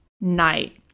night